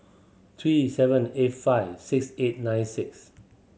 three seven eight five six eight nine six